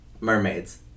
mermaids